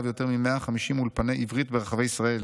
ויותר מ-150 אולפני עברית ברחבי ישראל.